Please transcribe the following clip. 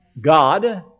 God